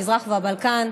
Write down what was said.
המזרח והבלקן,